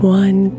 one